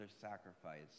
sacrifice